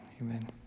Amen